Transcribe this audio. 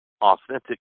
authentic